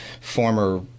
former –